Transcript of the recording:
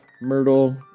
myrtle